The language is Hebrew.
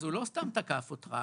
אז הוא לא סתם תקף אותך,